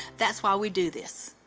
that's why we do this.